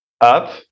up